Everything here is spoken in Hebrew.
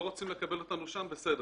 לא רוצים לקבל אותנו שם בסדר,